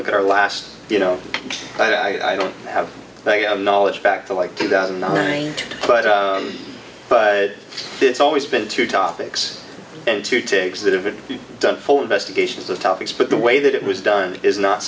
look at our last you know i don't have knowledge back to like two thousand and nine but it's always been two topics and two ticks that have been done for investigations of topics but the way that it was done is not